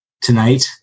tonight